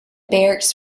barracks